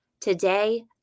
Today